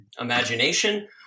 imagination